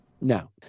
No